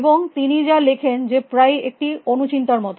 এবং তিনি যা লেখেন যে প্রায় একটি অনুচিন্তার মত